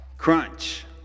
Crunch